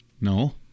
No